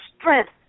strength